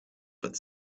but